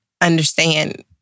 understand